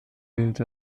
wählt